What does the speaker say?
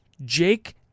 Jake